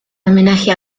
homenaje